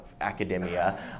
academia